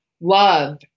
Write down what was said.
love